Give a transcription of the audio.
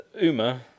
Uma